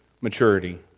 maturity